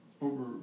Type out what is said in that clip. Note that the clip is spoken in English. over